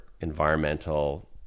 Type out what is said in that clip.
environmental